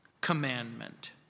commandment